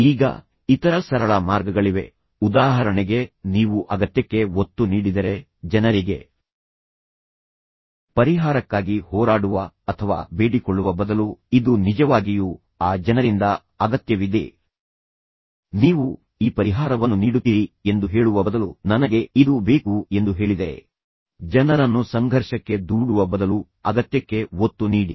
ಈಗ ಇತರ ಸರಳ ಮಾರ್ಗಗಳಿವೆ ಉದಾಹರಣೆಗೆ ನೀವು ಅಗತ್ಯಕ್ಕೆ ಒತ್ತು ನೀಡಿದರೆ ಜನರಿಗೆ ಪರಿಹಾರಕ್ಕಾಗಿ ಹೋರಾಡುವ ಅಥವಾ ಬೇಡಿಕೊಳ್ಳುವ ಬದಲು ಇದು ನಿಜವಾಗಿಯೂ ಆ ಜನರಿಂದ ಅಗತ್ಯವಿದೇ ನೀವು ನನಗೆ ಈ ಪರಿಹಾರವನ್ನು ನೀಡುತ್ತೀರಿ ಎಂದು ಹೇಳುವ ಬದಲು ನನಗೆ ಇದು ಬೇಕು ಎಂದು ನೀವು ಹೇಳಿದರೆ ನೀವು ಜನರನ್ನು ಸಂಘರ್ಷಕ್ಕೆ ದೂಡುವ ಬದಲು ನಿಮ್ಮ ಅಗತ್ಯಕ್ಕೆ ಒತ್ತು ನೀಡಿ